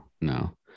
no